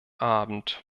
abend